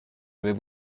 devais